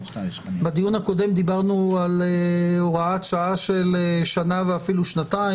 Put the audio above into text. בדיון הקודם דיברנו על הוראת שעה של שנה ואפילו שנתיים.